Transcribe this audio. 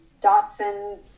Datsun